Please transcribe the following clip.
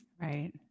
Right